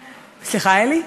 סליחה, אלי?